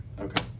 Okay